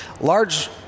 large